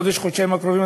בחודש-חודשיים הקרובים,